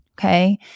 okay